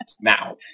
now